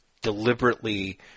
deliberately